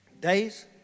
days